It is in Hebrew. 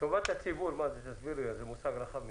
"טובת הציבור" זה מושג רחב מדי.